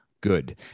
good